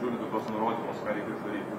žiūrint į tuos nurodymus ką reikės daryti